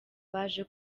baje